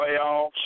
Playoffs